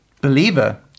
believer